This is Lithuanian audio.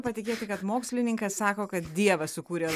patikėti kad mokslininkas sako kad dievas sukūrė